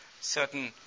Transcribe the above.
certain